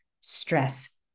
stress